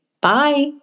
Bye